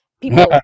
people